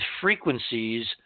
frequencies